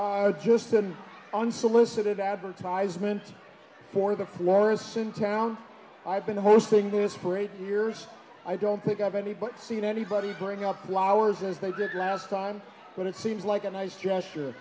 are just an unsolicited advertisement for the florissant town i've been hosting this for eight years i don't think of any but seen anybody bring up flowers as they did last time but it seems like a nice gesture